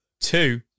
two